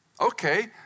Okay